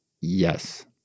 yes